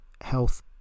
health